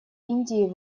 индии